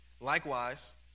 Likewise